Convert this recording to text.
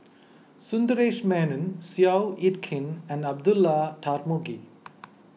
Sundaresh Menon Seow Yit Kin and Abdullah Tarmugi